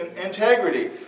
integrity